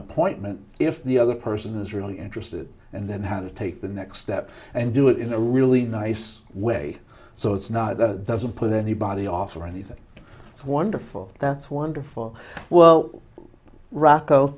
appointment if the other person is really interested and then how to take the next step and do it in a really nice way so it's not the doesn't put anybody off or anything it's wonderful that's wonderful well rocco